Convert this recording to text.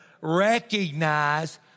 recognize